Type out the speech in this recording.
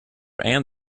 and